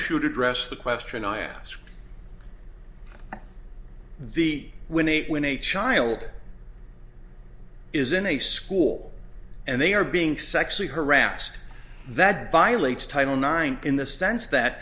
to address the question i asked the when eight when a child is in a school and they are being sexually harassed that violates title nine in the sense that